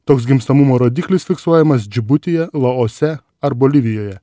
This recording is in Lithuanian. toks gimstamumo rodiklis fiksuojamas džibutyje laose ar bolivijoje